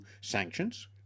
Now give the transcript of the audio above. sanctions